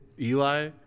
Eli